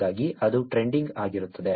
ಹಾಗಾಗಿ ಅದು ಟ್ರೆಂಡಿಂಗ್ ಆಗಿರುತ್ತದೆ